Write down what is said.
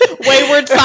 Wayward